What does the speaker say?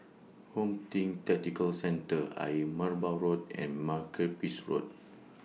Home Team Tactical Centre Ayer Merbau Road and Makepeace Road